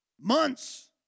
months